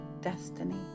destiny